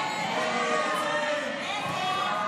דמי אבטלה